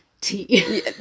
tea